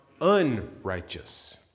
unrighteous